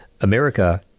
America